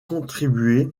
contribué